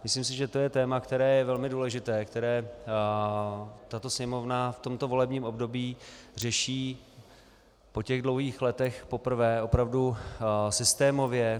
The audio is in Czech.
Myslím si, že je to téma, které je velmi důležité, které tato Sněmovna v tomto volebním období řeší po těch dlouhých letech poprvé opravdu systémově.